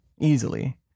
Easily